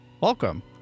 welcome